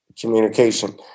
communication